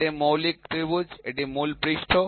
এটি মৌলিক ত্রিভুজ এটি মূল পৃষ্ঠ